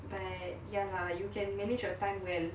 but ya lah you can manage your time well